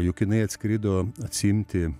juk jinai atskrido atsiimti